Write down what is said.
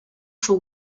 for